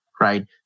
Right